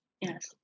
Yes